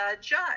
judge